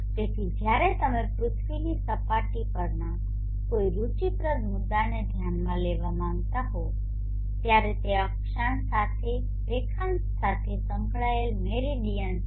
તેથી જ્યારે તમે પૃથ્વીની સપાટી પરના કોઈ રુચિપ્રદ મુદ્દાને ધ્યાનમાં લેવા માંગતા હો ત્યારે તે અક્ષાંશ સાથે અને રેખાંશ રેખાંશ સાથે સંકળાયેલું મેરીડિયન હશે